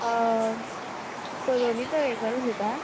सलोनी तळेकर उलयता